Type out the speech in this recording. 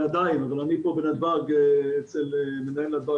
פה בנתב"ג אצל מנהל נתב"ג,